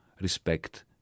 respect